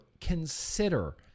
consider